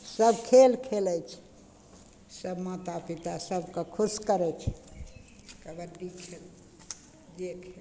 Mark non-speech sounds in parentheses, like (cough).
सब खेल खेलय छै सब माता पिता सबके खुश करय छै कबड्डी खेल (unintelligible)